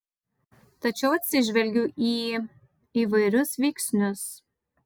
tačiau atsižvelgiu į įvairius veiksnius